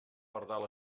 pardal